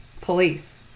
police